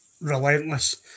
relentless